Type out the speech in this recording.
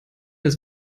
ist